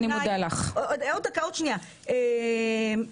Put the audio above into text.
אני מציעה שמי שישלם את המשכורות האלה לכל העובדים הזרים רק לשלם להם,